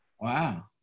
Wow